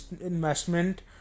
investment